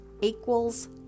equals